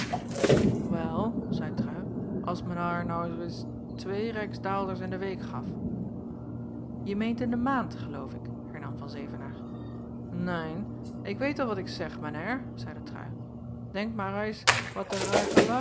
wel zeî trui als men haier nou rais twee rijksdaalders in de week gaf je meent in de maand geloof ik hernam van zevenaer nein ik weit wel wat ik zeg men haier zeide trui denk mair rais wat de